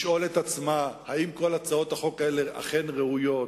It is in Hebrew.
לשאול את עצמה אם כל הצעות האלה אכן ראויות,